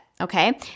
okay